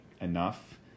enough